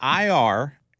IR